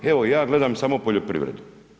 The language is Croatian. Evo ja gledam samo poljoprivredu.